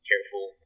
careful